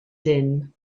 din